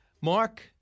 Mark